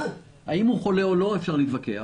האם הוא חולה או לא אפשר להתווכח.